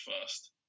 first